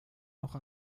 noch